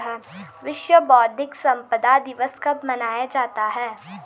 विश्व बौद्धिक संपदा दिवस कब मनाया जाता है?